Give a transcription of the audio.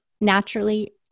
naturally